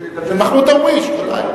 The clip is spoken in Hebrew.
שמדבר, של מחמוד דרוויש, ודאי.